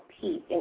peace